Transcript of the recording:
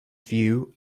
view